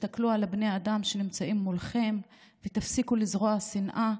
תסתכלו על בני האדם שנמצאים מולכם ותפסיקו לזרוע שנאה.